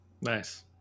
Nice